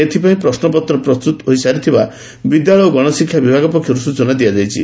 ଏଥ୍ପାଇଁ ପ୍ରଶ୍ମପତ୍ର ପ୍ରସ୍ଠୁତ ହୋଇସାରିଥିବା ବିଦ୍ୟାଳୟ ଓ ଗଣଶିକ୍ଷା ବିଭାଗ ପକ୍ଷରୁ ସ୍ଚନା ଦିଆଯାଇଛି